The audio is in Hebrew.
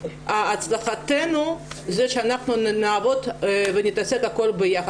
הצלחתנו זה שאנחנו נעבוד ונעשה הכול ביחד.